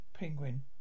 Penguin